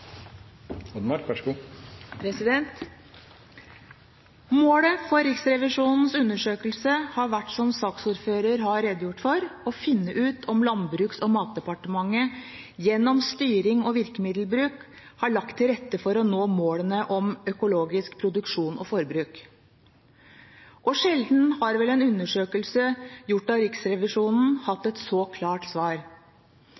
Målet for Riksrevisjonens undersøkelse har vært, som saksordføreren har redegjort for, å finne ut om Landbruks- og matdepartementet gjennom styring og virkemiddelbruk har lagt til rette for å nå målene om økologisk produksjon og forbruk. Sjelden har vel en undersøkelse gjort av Riksrevisjonen